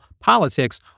politics